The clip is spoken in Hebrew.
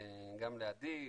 גם לעדי,